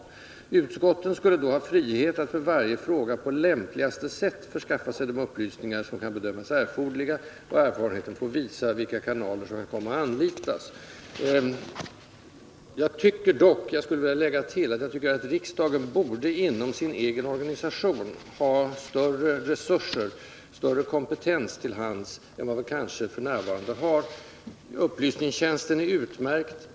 Utskottet skulle då ha frihet att på för varje fråga lämpligaste sätt förskaffa sig de upplysningar, som kan bedömas erforderliga —-—-. Erfarenheten finge då visa, vilka kanaler som därvid kommer att anlitas.” Jag vill dock tillägga att ja ycker att riksdagen inom sin egen organisation borde ha större resurser, större tillgång till kompetens. än den f. n. har, Upplysningstjänsten är utmärkt.